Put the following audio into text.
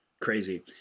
crazy